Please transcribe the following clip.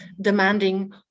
demanding